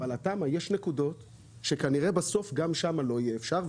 אבל התמ"א יש נקודות שכנראה גם בהן לא יהיה אפשר בסוף,